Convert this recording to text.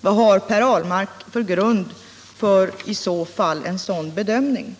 Vad har Per Ahlmark i så fall för grund för den bedömningen?